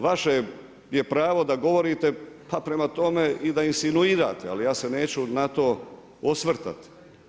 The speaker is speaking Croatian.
Vaše je pravo da govorite pa prema tome i da insinuirate ali ja se neću na to osvrtati.